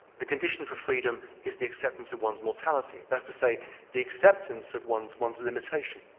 the condition for freedom is the acceptance of one's mortality, that's to say the acceptance of one's one's and limitation.